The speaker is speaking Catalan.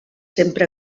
sempre